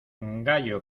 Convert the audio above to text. gallo